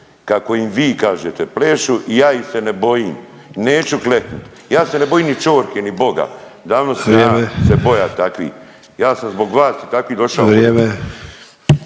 Kako im vi kažete plešu i ja ih se ne bojim, neću kleknut. Ja se ne bojim ni ćorke, ni Boga, davno sam ja se …/Upadica Ante